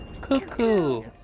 Cuckoo